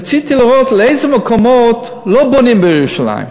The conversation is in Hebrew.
רציתי לראות באיזה מקומות לא בונים בירושלים.